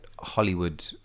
hollywood